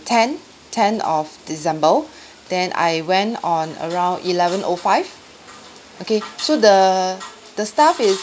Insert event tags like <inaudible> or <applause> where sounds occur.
ten ten of december <breath> then I went on around eleven O five okay so the the staff is